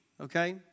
okay